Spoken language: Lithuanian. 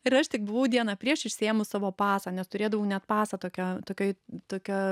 ir aš tik buvau dieną prieš išsiėmus savo pasą nes turėdavau net pasą tokia tokioj tokioj